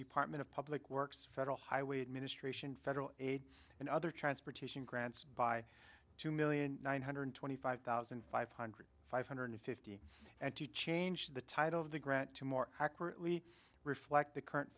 department of public works federal highway administration federal aid and other transportation grants by two million nine hundred twenty five thousand five hundred five hundred fifty and to change the title of the grant to more accurately reflect the current